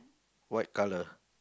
white colour